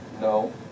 No